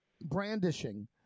brandishing